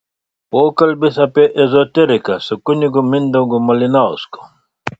pokalbis apie ezoteriką su kunigu mindaugu malinausku